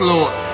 Lord